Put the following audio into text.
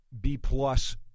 B-plus